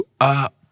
up